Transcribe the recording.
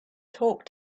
talk